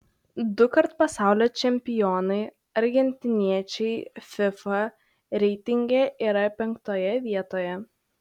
dukart pasaulio čempionai argentiniečiai fifa reitinge yra penktoje vietoje